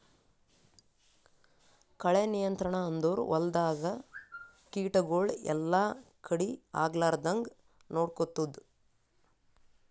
ಕಳೆ ನಿಯಂತ್ರಣ ಅಂದುರ್ ಹೊಲ್ದಾಗ ಕೀಟಗೊಳ್ ಎಲ್ಲಾ ಕಡಿ ಆಗ್ಲಾರ್ದಂಗ್ ನೊಡ್ಕೊತ್ತುದ್